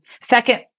second